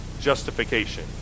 justification